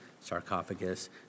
sarcophagus